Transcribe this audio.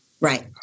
Right